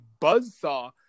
buzzsaw